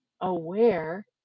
aware